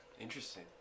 interesting